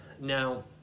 Now